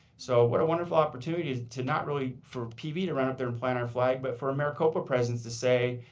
so what a wonderful opportunity to not really for pv to run up there and plant our flag, but for a maricopa presence to say,